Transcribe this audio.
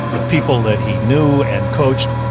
the people that he knew and coached,